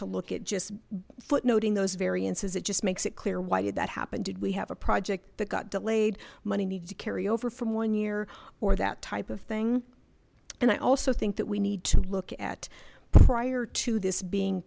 to look at just footnoting those variances it just makes it clear why did that happen did we have a project that got delayed money needs to carry over from one year or that type of thing and i also think that we need to look at prior to this being